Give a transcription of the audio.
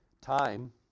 time